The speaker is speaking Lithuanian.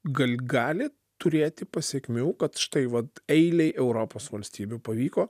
gal gali turėti pasekmių kad štai vat eilei europos valstybių pavyko